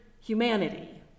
humanity